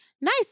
nice